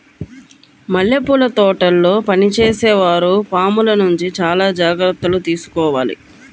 మల్లెపూల తోటల్లో పనిచేసే వారు పాముల నుంచి చాలా జాగ్రత్తలు తీసుకోవాలి